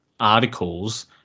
articles